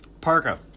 parka